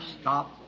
Stop